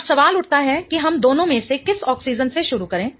अब सवाल उठता है कि हम दोनों में से किस ऑक्सीजेन से शुरू करें